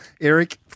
Eric